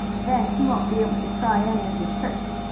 then he won't be able to try any of his tricks.